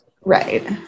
Right